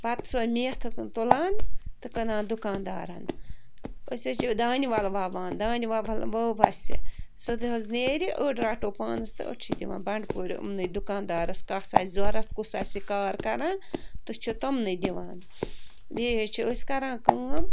پتہٕ سۄ میٚتھ تُلان تہٕ کٕنان دُکان دارن أسۍ حظ چھِ دانِول وَوان دَانہِ ول ؤو اسہِ سۄ تہِ حظ نیرِ أڑۍ رَٹو پانس تہٕ أڑۍ چھِ دِوان بنٛڈٕ پور یِمنٕے دُکان دارس کَس آسہِ ضروٗرت کُس آسہِ یہِ کار کَران تہٕ چھِ تٔمنٕے دِوان بیٚیہِ حظ چھِ أسۍ کَران کٲم